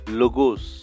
logos